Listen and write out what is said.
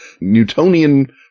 Newtonian